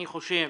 אני חושב